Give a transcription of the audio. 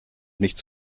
nicht